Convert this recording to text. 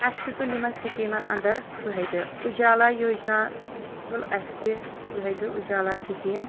اسہِ تہِ تُلۍ یِمن سِکیٖمَن اَنٛدر فٲیدٕ اُجالا یوجنا تُل اسہِ تہٕ فٲیدٕ اُجالا سِکیٖم